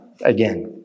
again